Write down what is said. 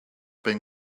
been